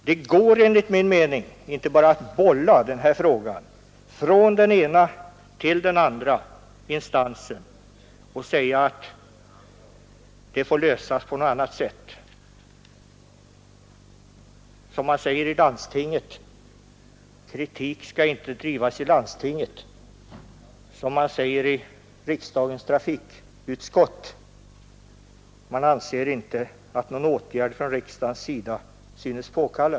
Det går enligt min mening inte att bolla den här frågan från den ena instansen till den andra och säga att problemet får lösas på något annat sätt. Det går inte att säga som i landstinget att kritik inte skall drivas i landstinget, och som i riksdagens trafikutskott att någon åtgärd inte synes påkallad från riksdagens sida.